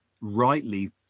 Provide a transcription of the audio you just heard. rightly